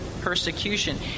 persecution